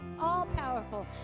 all-powerful